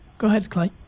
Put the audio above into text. go ahead, clay.